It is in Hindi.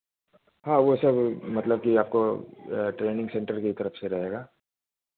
हाँ वह सब मतलब कि आपको ट्रेनिंग सेंटर की तरफ़ से रहेगा